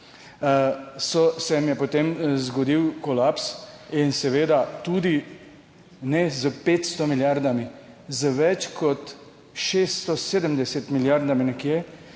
se jim je potem zgodil kolaps in seveda tudi ne s 500 milijardami, z več kot 670 milijardami nekje